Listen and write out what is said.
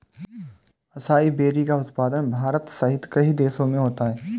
acai berry का उत्पादन भारत सहित कई देशों में होता है